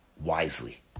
wisely